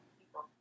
people